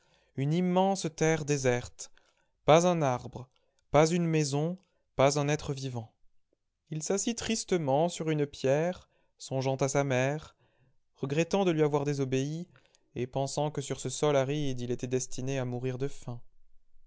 une immense terre déserte pas un arbre pas une maison pas un être vivant il s'assit tristement sur une pierre songeant à sa mère regrettant de lui avoir désobéi et pensant que sur ce sol aride il était destiné à mourir de faim